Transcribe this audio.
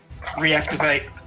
reactivate